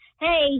Hey